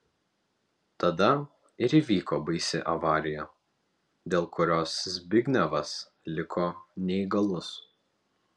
tada ir įvyko baisi avarija dėl kurios zbignevas liko neįgalus